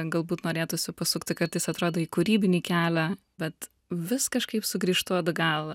galbūt norėtųsi pasukti kartais atrodo į kūrybinį kelią bet vis kažkaip sugrįžtu atgal